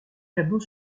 tableaux